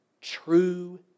true